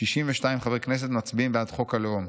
62 חברי כנסת מצביעים בעד חוק הלאום.